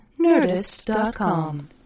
Nerdist.com